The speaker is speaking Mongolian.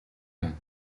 байна